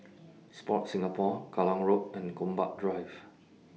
Sport Singapore Kallang Road and Gombak Drive